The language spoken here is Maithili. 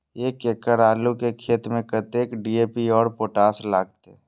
एक एकड़ आलू के खेत में कतेक डी.ए.पी और पोटाश लागते?